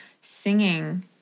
singing